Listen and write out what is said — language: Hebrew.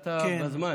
באת בזמן,